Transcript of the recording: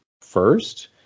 first